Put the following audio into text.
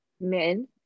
Men